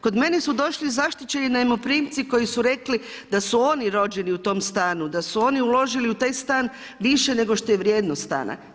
Kod mene su došli zaštićeni najmoprimci koji su rekli da su oni rođeni u tom stanu, da su oni uložili u taj stan više nego što je vrijednost stana.